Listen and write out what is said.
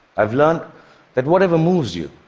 i've learned that whatever moves you,